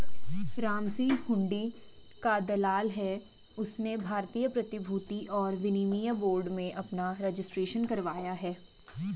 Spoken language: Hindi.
रामसिंह हुंडी का दलाल है उसने भारतीय प्रतिभूति और विनिमय बोर्ड में अपना रजिस्ट्रेशन करवाया है